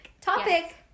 Topic